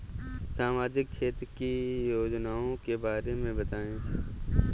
सामाजिक क्षेत्र की योजनाओं के बारे में बताएँ?